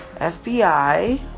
FBI